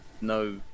no